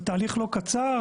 זה תהליך לא קצר.